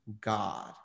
God